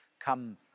come